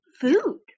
food